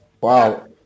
Wow